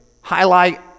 highlight